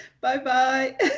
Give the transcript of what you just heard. bye-bye